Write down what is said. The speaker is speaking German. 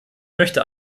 möchte